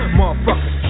motherfuckers